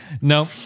No